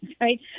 right